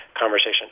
conversation